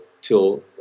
till